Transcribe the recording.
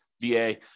VA